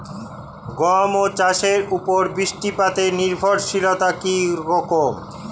গম চাষের উপর বৃষ্টিপাতে নির্ভরশীলতা কী রকম?